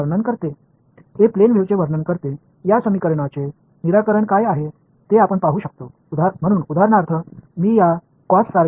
இது ஒரு சமதள அலையை விவரிக்கிறது இந்த சமன்பாட்டிற்கான தீர்வு என்ன என்பதை நாம் காணலாம்